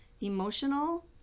emotional